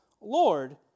Lord